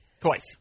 Twice